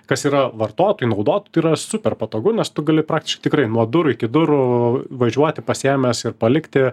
kas yra vartotojui naudot tai yra super patogu nes tu gali praktiškai tikrai nuo durų iki durų važiuoti pasiėmęs ir palikti